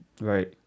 right